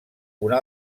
una